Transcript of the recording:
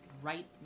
right